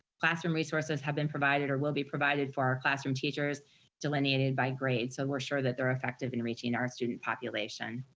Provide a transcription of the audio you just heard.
classroom resources have been provided or will be provided for our classroom teachers delineated by grade, grade, so we're sure that they're effective in reaching our student population.